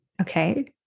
Okay